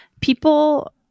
people